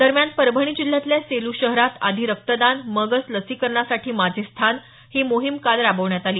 दरम्यान परभणी जिल्ह्यातल्या सेलू शहरात आधी रक्तदान मगच लसीकरणासाठी माझे स्थान ही मोहीम काल राबवण्यात आली